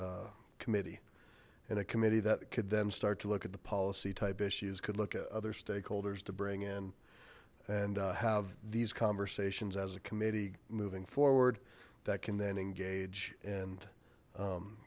committee and a committee that could then start to look at the policy type issues could look at other stakeholders to bring in and have these conversations as a committee moving forward that can then engage and